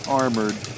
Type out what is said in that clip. armored